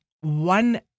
one